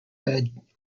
bed